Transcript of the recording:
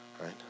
right